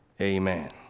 amen